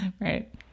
Right